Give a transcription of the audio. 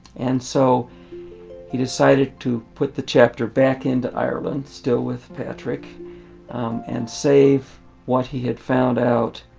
and so he decided to put the chapter back into ireland still with patrick and save what he had found out